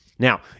Now